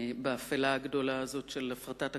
באפלה הגדולה הזאת של הפרטת הקרקעות,